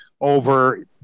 over